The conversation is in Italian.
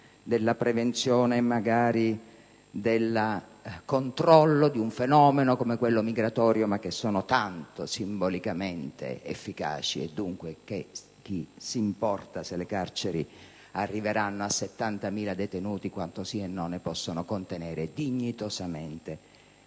della prevenzione e, magari, del controllo di un fenomeno come quello migratorio, ma che sono tanto simbolicamente efficaci. E dunque, che importa se le carceri arriveranno a 70.000 detenuti quando sì e no ne possono contenere dignitosamente